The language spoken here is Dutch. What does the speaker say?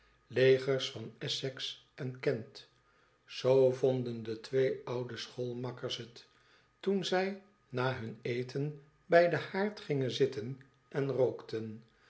legers van essex en kent zoo vonden de twee oude schoolmakkers het toen zij na hun eten bij den haard gingen zitten en rookten